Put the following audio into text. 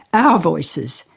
our voices,